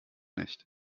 nicht